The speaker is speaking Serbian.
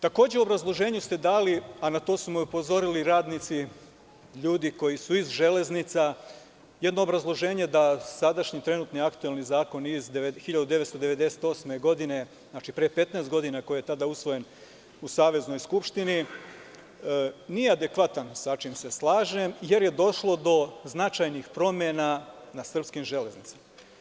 Takođe, u obrazloženju ste dali, a na to su me upozorili radnici, ljudi koji su iz „Železnica“, jedno obrazloženje da sadašnji, trenutni i aktuelni zakon iz 1998. godine, koji je pre 15 godina usvojen u Saveznoj skupštini, nije adekvatan, sa čime se slažem, jer je došlo do značajnih promena na srpskim železnicama.